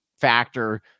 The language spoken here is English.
factor